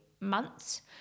months